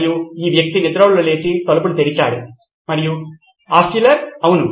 మరియు ఈ వ్యక్తి నిద్రలేచి తలుపులు తెరిచాడు మరియు ఆల్ట్షుల్లర్ అవును